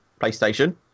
PlayStation